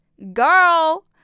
girl